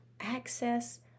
Access